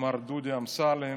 מר דודי אמסלם,